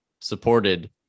supported